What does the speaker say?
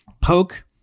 poke